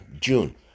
june